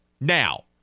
Now